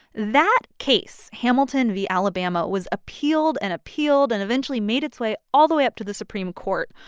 that case, hamilton v. alabama, was appealed and appealed and eventually made its way all the way up to the supreme court,